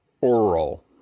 oral